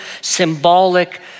symbolic